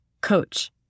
coach